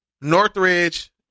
Northridge